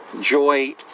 joy